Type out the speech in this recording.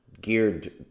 geared